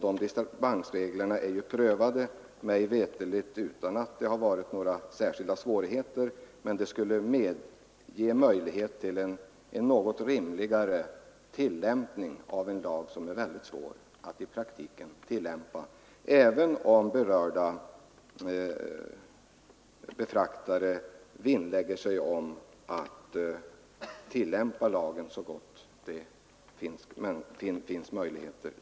De dispensreglerna är prövade — mig veterligt utan att det har varit några särskilda svårigheter. De skulle medge möjlighet till en något rimligare tillämpning av en lag som är väldigt svår att tillämpa i praktiken, även om de som berörs av lagen vinnlägger sig om att tillämpa den så långt det nu finns praktiska Nr 6 möjligheter.